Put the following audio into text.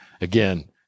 Again